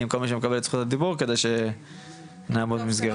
כל מי שמקבל את זכות הדיבור כדי שנעמוד במסגרת.